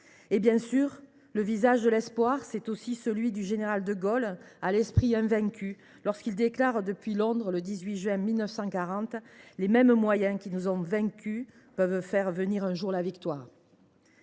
Bien sûr, le visage de l’espoir, c’est aussi celui du général de Gaulle, refusant farouchement la défaite et déclarant depuis Londres le 18 juin 1940 :« Les mêmes moyens qui nous ont vaincus peuvent faire venir un jour la victoire.